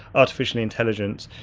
artificial intelligence,